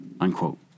unquote